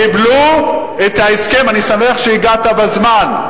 קיבלו את ההסכם, אני שמח שהגעת בזמן.